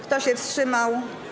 Kto się wstrzymał?